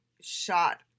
shot